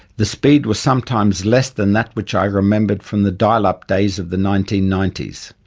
the speed was sometimes less than that which i remembered from the dial-up days of the nineteen ninety s.